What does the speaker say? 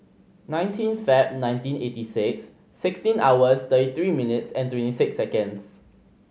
nineteen Feb nineteen eighty six sixteen hours thirty three minutes and twenty six seconds